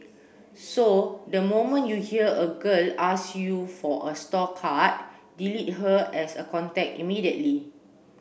so the moment you hear a girl ask you for a store card delete her as a contact immediately